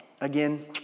Again